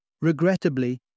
Regrettably